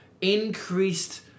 increased